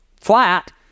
flat